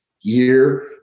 year